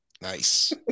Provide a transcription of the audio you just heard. Nice